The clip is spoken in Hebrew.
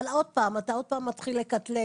אבל עוד פעם, אתה עוד פעם מתחיל לקטלג.